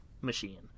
machine